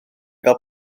gael